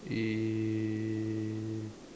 eh